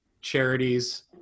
charities